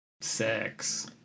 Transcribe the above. sex